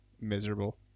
miserable